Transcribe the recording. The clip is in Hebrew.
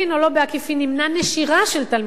בעקיפין, או לא בעקיפין, נמנע נשירה של תלמידים.